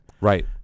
Right